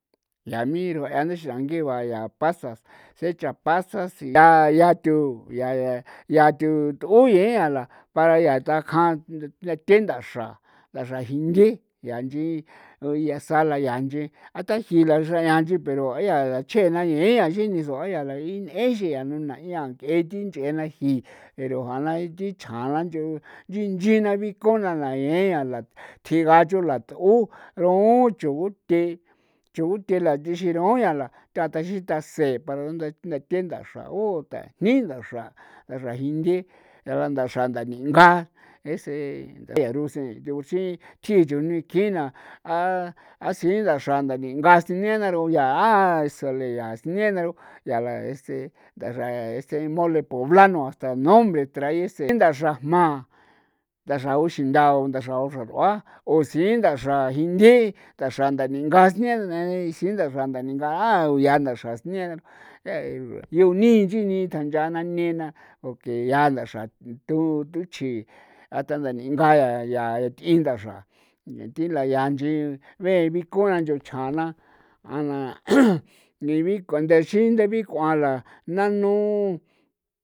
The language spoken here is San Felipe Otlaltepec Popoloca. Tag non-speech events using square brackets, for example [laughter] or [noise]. Yaa miruaa a ntha xan ngiva yaa pasas se'e cha pasas yaa yaa thu ya ya thu t'uye a la ta la para yaa takjan the ndaxra ndaxra jinthe yaa nchi ya sala yaa nchin a taji la xra nchi pero ayaa la chjena yean ixin nisua' ean ya la jinea xan yaa nunaa yaa ke'e thi nch'e na ji'i pero ja'ana thi chja la nch'u nchi nchi na binko na na yean la thjiga chu lath'u ruu chu guthe chu guthe la thixin ra'o ya la tha thasin yaa taseen para ntha the daxra jni ndaxra ndaxra jinthe ndaxra ndaninga ese de rusen thjigu xin thji chujni kina a a si ndaxra ndaninga sine na ru yaa esole yaa sine na ru yaa la ese ndaxra ese mole poblano hasta nombre trae ese ndaxra jma ndaxra uxin ndao ndaxra uxrar'ua, usin ndaxra jinthe ndaxra ndaninga sine [unintelligible] ndaxra ndaninga u yaa ndaxra sine na yuu nii chini tancha na nena o ke ya ndaxra thu thuchji ata ndaninga yaa ya th'i ndaxra yaa thi la ya nchi ndaxra be bikon na nchu chjana a na [noise] ni bi k'uan ndexin nde bik'uan la nanu.